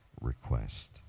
request